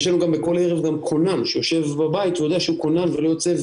יש לנו בכל ערב גם כונן שיושב בבית ויודע שהוא כונן ולא יוצא.